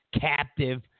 captive